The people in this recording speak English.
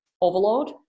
overload